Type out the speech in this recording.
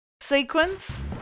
sequence